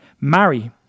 Marry